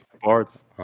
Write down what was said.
parts